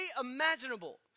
imaginable